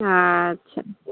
अच्छा